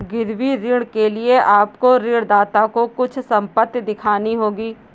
गिरवी ऋण के लिए आपको ऋणदाता को कुछ संपत्ति दिखानी होगी